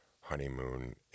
honeymoon